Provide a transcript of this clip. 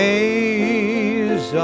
Days